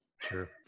Sure